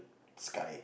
sky